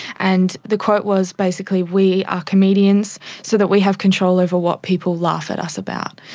and the quote was, basically, we are comedians so that we have control over what people laugh at us about.